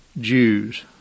Jews